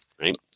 right